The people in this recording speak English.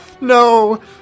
no